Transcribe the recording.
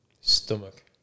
Stomach